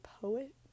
poet